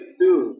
two